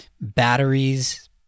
batteries